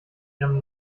ihrem